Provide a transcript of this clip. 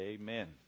Amen